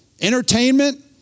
entertainment